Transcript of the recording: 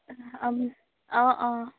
অঁ অঁ অঁ